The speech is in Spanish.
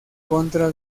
contra